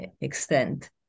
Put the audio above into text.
extent